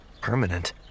permanent